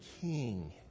king